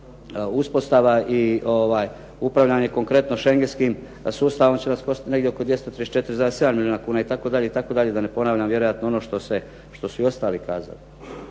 uspostava i upravljanje konkretno Šengenskim sustavom će nas koštati negdje oko 234,7 milijuna kuna, itd., itd., da ne ponavljam vjerojatno ono što su i ostali kazali.